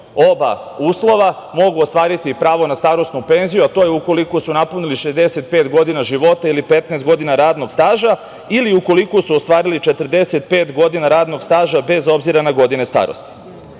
oba uslova, mogu ostvariti pravo na starosnu penziju, a to je ukoliko su napunili 65 godina života ili 15 godina radnog staža ili ukoliko su ostvarili 45 godina radnog staža, bez obzira na godine starosti.Međutim,